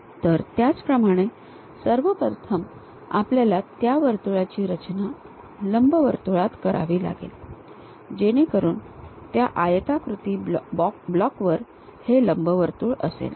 तर त्याचप्रमाणे सर्व प्रथम आपल्याला त्या वर्तुळाची रचना लंबवर्तुळामध्ये करावी लागेल जेणेकरून त्या आयताकृती ब्लॉकवर हे लंबवर्तुळ असेल